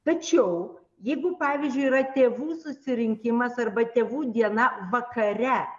tačiau jeigu pavyzdžiui yra tėvų susirinkimas arba tėvų diena vakare